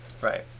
right